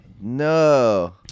No